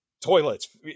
toilets